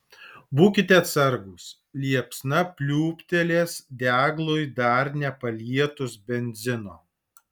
būkite atsargūs liepsna pliūptelės deglui dar nepalietus benzino